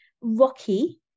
rocky